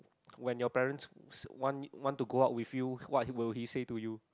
when your parents want want to go out with you what will he say to you